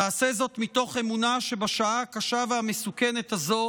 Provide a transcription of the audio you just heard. נעשה זאת מתוך אמונה שבשעה הקשה והמסוכנת הזו